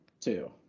two